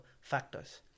factors